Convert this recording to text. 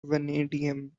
vanadium